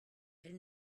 elle